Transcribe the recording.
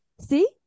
See